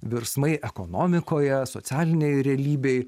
virsmai ekonomikoje socialinėj realybėj